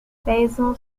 basel